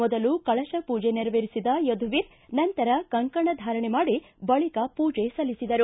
ಮೊದಲು ಕಳಶಪೂಜೆ ನೆರವೇರಿಸಿದ ಯದುವೀರ್ ನಂತರ ಕಂಕಣಧಾರಣೆ ಮಾಡಿ ಬಳಿಕ ಪೂಜೆ ಸಲ್ಲಿಸಿದರು